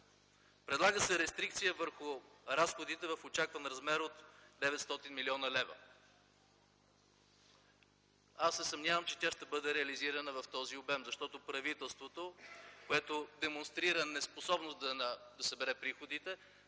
Предлага се рестрикция върху разходите в очакван размер от 900 млн. лв. Аз се съмнявам, че тя ще бъде реализирана в този обем, защото правителството, което демонстрира неспособност да събере приходите